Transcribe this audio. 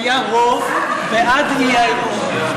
בהצבעה היה רוב בעד האי-אמון.